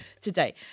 today